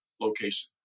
location